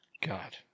god